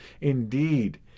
Indeed